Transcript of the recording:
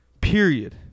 period